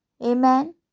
Amen